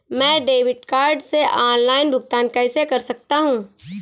मैं debit card से online भुगतान कैसे कर सकता हूँ?